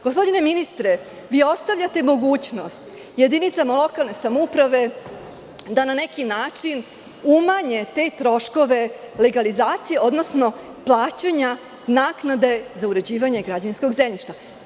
Gospodine ministre, vi ostavljate mogućnost jedinicama lokalne samouprave da na neki način umanje te troškove legalizacije, odnosno plaćanja naknade za uređivanje građevinskog zemljišta.